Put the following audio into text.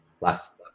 last